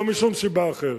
לא משום סיבה אחרת.